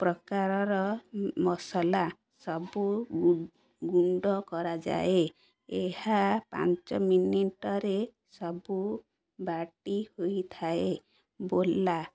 ପ୍ରକାରର ମ ମସଲା ସବୁ ଗୁ ଗୁଣ୍ଡ କରାଯାଏ ଏହା ପାଞ୍ଚ ମିନିଟରେ ସବୁ ବାଟି ହୋଇଥାଏ ବୋଲା